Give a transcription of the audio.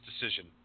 decision